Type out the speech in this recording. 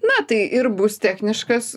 na tai ir bus techniškas